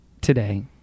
today